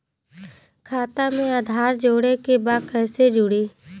खाता में आधार जोड़े के बा कैसे जुड़ी?